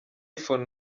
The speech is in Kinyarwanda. iphone